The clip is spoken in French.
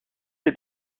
les